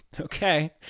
Okay